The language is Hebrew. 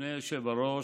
אדוני היושב בראש,